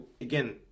again